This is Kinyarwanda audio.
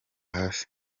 hasi